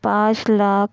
पाच लाख